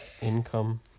Income